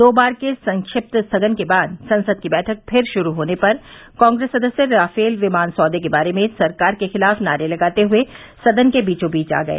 दो बार के संक्षिप्त स्थगन के बाद सदन की बैठक फिर शुरू होने पर कांग्रेस सदस्य राफेल विमान सौदे के बारे में सरकार के खिलाफ नारे लगाते हुए सदन के बीचों बीच आ गए